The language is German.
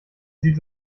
sieht